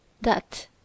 That